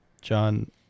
John